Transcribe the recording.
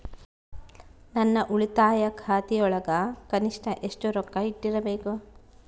ನನ್ನ ಉಳಿತಾಯ ಖಾತೆಯೊಳಗ ಕನಿಷ್ಟ ಎಷ್ಟು ರೊಕ್ಕ ಇಟ್ಟಿರಬೇಕು?